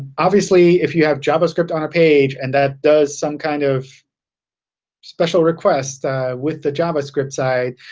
obviously if you have javascript on a page and that does some kind of special request with the javascript side,